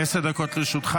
דוידסון, הפעם שיחקת אותה.